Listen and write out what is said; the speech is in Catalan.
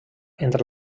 entre